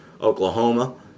Oklahoma